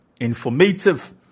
informative